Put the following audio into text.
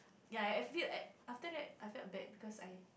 ya I feel that after that I felt bad because I